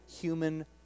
human